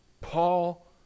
Paul